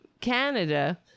canada